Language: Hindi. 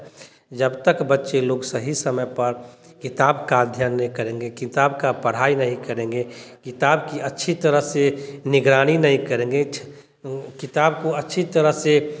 जब तक बच्चे लोग सही समय पर किताब का अध्यन नय करेंगे किताब का पढ़ाई नहीं करेंगे किताब की अच्छी तरह से निगरानी नहीं करेंगे किताब को अच्छी तरह से